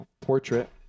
portrait